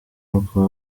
nuko